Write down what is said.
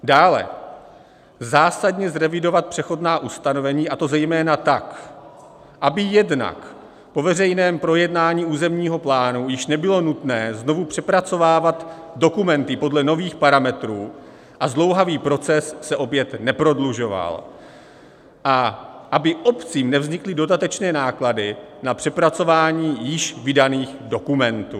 Dále zásadně zrevidovat přechodná ustanovení, a to zejména tak, aby jednak po veřejném projednání územního plánu již nebylo nutné znovu přepracovávat dokumenty podle nových parametrů a zdlouhavý proces se opět neprodlužoval a aby obcím nevznikly dodatečné náklady na přepracování již vydaných dokumentů.